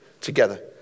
together